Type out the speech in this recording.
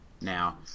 now